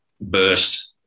burst